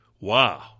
Wow